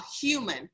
human